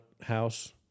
house